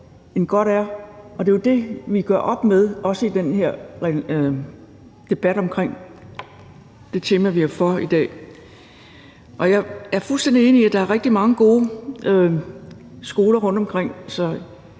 end godt er, og det er jo det, vi gør op med, også i den her debat i dag. Jeg er fuldstændig enig i, at der er rigtig mange gode skoler rundtomkring.